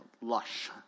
lush